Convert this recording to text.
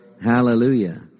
hallelujah